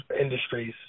industries